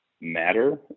matter